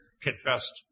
confessed